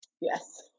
Yes